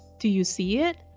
do you see it?